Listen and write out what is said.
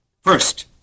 First